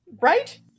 Right